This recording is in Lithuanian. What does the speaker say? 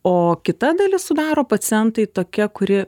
o kita dalis sudaro pacientai tokia kuri